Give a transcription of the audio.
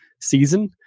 season